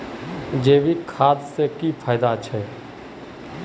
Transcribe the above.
जैविक खाद से की की फायदा छे?